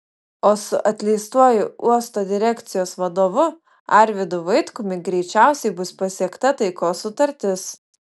o su atleistuoju uosto direkcijos vadovu arvydu vaitkumi greičiausiai bus pasiekta taikos sutartis